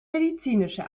medizinische